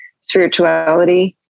spirituality